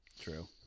True